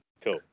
Cool